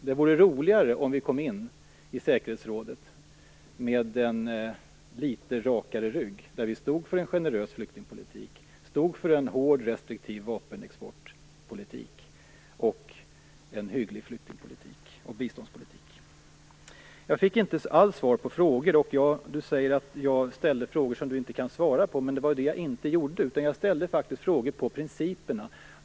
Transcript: Det vore roligare om vi kom in i säkerhetsrådet med en litet rakare rygg, där vi stod för en generös flyktingpolitik, för en hård restriktiv vapenexportpolitik och en hygglig biståndspolitik. Jag fick inte alls svar på mina frågor. Leif Pagrotsky säger att jag ställde frågor som han inte kan svara på, men det var det jag inte gjorde. Jag ställde faktiskt frågor om principerna.